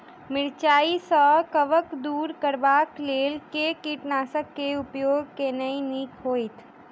मिरचाई सँ कवक दूर करबाक लेल केँ कीटनासक केँ उपयोग केनाइ नीक होइत?